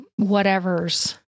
whatevers